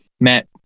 Matt